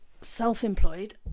self-employed